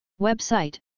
Website